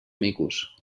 micos